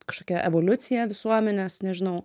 kažkokia evoliucija visuomenės nežinau